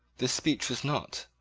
this speech was not,